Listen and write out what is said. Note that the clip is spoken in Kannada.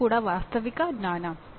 ಅದೂ ಕೂಡ ವಾಸ್ತವಿಕ ಜ್ಞಾನ